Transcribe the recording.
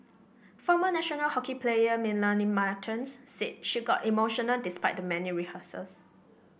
former national hockey player Melanie Martens said she got emotional despite the many rehearsals